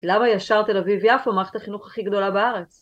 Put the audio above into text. למה ישר תל אביב יפו, מערכת החינוך הכי גדולה בארץ?